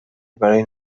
برای